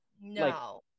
No